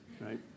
right